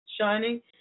Shining